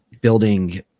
building